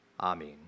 Amen